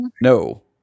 No